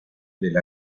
del